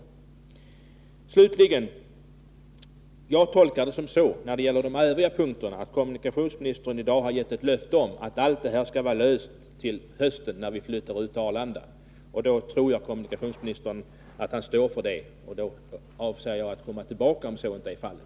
När det slutligen gäller de övriga punkterna, tolkar jag det så att kommunikationsministern i dag har gett ett löfte om att hela denna fråga skall vara löst till hösten, när man flyttar ut till Arlanda. Jag tror att kommunikationsministern står för det, och jag avser att komma tillbaka om så inte är fallet.